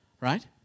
Right